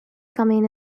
coming